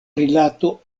rilato